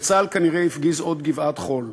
וצה"ל כנראה הפגיז עוד גבעת חול,